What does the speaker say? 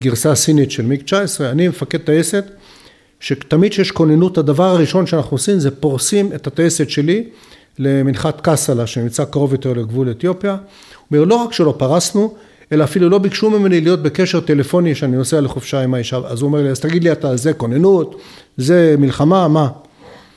גרסה סינית של מיג תשע עשרה אני מפקד טייסת שתמיד שיש כוננות הדבר הראשון שאנחנו עושים זה פורסים את הטייסת שלי למנחת קסאלה שנמצא קרוב יותר לגבול אתיופיה הוא אומר לא רק שלא פרסנו אלא אפילו לא ביקשו ממני להיות בקשר טלפוני שאני נוסע לחופשה עם האישה אז הוא אומר אז תגיד לי אתה זה כוננות זה מלחמה מה